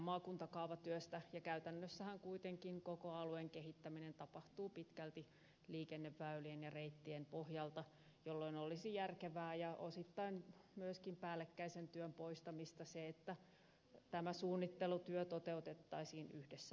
käytännössähän kuitenkin koko alueen kehittäminen tapahtuu pitkälti liikenneväylien ja reittien pohjalta jolloin olisi järkevää ja osittain myöskin päällekkäisen työn poistamista se että tämä suunnittelutyö toteutettaisiin yhdessä paikassa